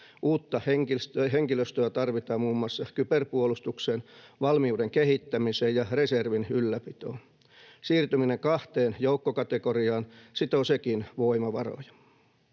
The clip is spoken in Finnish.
Uutta henkilöstöä tarvitaan muun muassa kyberpuolustukseen, valmiuden kehittämiseen ja reservin ylläpitoon. Siirtyminen kahteen joukkokategoriaan sitoo sekin voimavaroja.